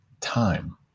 time